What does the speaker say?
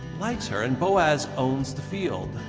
likes her, and boaz owns the field.